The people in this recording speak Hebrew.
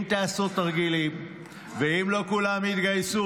אם תעשו תרגילים ואם לא כולם יתגייסו